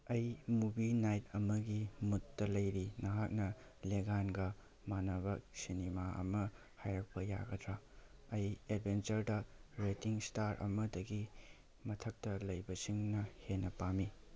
ꯑꯩ movie night ꯑꯃꯒꯤ ꯃꯨꯠꯇ ꯂꯩꯔꯤ ꯅꯍꯥꯛꯅ ꯂꯦꯒꯥꯟꯒ ꯃꯥꯟꯅꯕ ꯁꯤꯅꯤꯃꯥ ꯑꯃ ꯍꯥꯏꯔꯛꯄ ꯌꯥꯒꯗ꯭ꯔ ꯑꯩ ꯑꯦꯗꯚꯦꯟꯆꯔꯗ ꯔꯦꯇꯤꯡ ꯏꯁꯇꯥꯔ ꯑꯃꯒꯤ ꯃꯊꯛꯇ ꯂꯩꯕꯁꯤꯡꯅ ꯍꯦꯟꯅ ꯄꯥꯝꯃꯤ